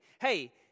hey